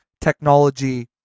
technology